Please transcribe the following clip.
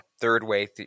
third-way